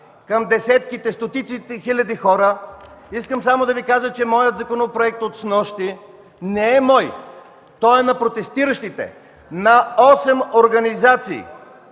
към десетките, стотиците хиляди хора. Искам да Ви кажа, че моят законопроект от снощи не е мой, той е на протестиращите – на осем организации